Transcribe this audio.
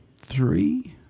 three